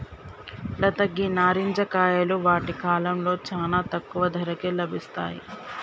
లత గీ నారింజ కాయలు వాటి కాలంలో చానా తక్కువ ధరకే లభిస్తాయి